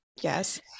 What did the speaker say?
Yes